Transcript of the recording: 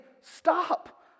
stop